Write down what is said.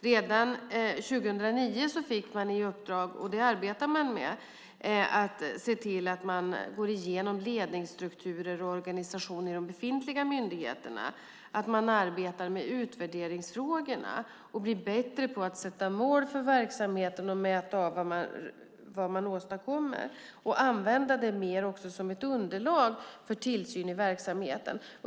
Redan 2009 fick man i uppdrag, och det arbetar man med, att se till att man går igenom ledningsstrukturer och organisation i de befintliga myndigheterna. Det handlar om att man arbetar med utvärderingsfrågorna och blir bättre på att sätta mål för verksamheten, mäta vad man åstadkommer och också använda det mer som ett underlag för tillsyn i verksamheten.